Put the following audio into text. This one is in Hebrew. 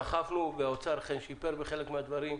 דחפנו והאוצר אכן שיפר בחלק מהדברים.